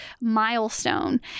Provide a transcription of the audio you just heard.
milestone